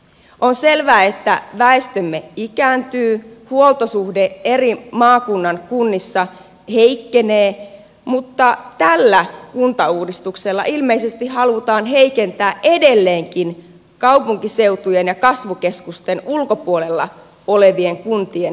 on selvää että väestömme ikääntyy huoltosuhde eri maakunnan kunnissa heikkenee mutta tällä kuntauudistuksella ilmeisesti halutaan heikentää edelleenkin kaupunkiseutujen ja kasvukeskusten ulkopuolella olevien kuntien tilannetta